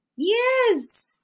Yes